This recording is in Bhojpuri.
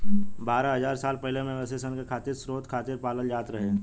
बारह हज़ार साल पहिले मवेशी सन के खाद्य स्रोत खातिर पालल जात रहे